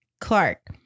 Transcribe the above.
Clark